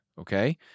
Okay